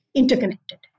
interconnected